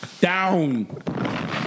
down